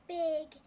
big